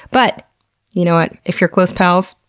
but you know what? if you're close pals,